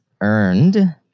earned